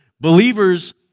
Believers